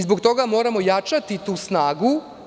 Zbog toga moramo jačati tu snagu.